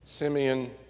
Simeon